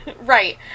Right